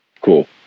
cool